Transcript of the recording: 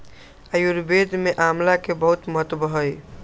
आयुर्वेद में आमला के बहुत महत्व हई